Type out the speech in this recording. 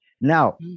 Now